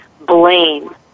blame